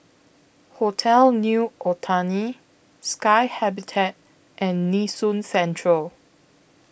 Hotel New Otani Sky Habitat and Nee Soon Central